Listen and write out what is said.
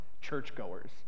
churchgoers